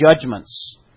judgments